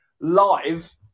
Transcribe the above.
live